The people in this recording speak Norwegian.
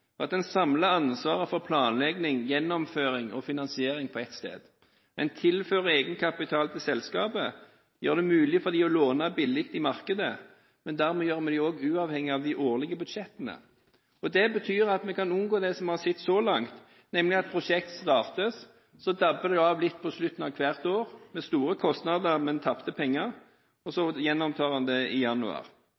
at man samler ansvaret for planlegging, gjennomføring og finansiering på ett sted. Man tilfører egenkapital til selskap, gjør det mulig for dem å låne billig i markedet, men dermed gjør man dem også uavhengige av de årlige budsjettene. Det betyr at vi kan unngå det som vi har sett så langt, nemlig at man starter prosjekter, så dabber det litt av mot slutten av hvert år – med store kostnader, men tapte penger – og så